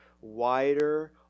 wider